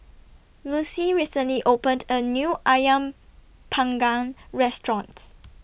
Lucie recently opened A New Ayam Panggang restaurants